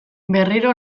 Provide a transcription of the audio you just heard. berriro